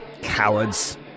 Cowards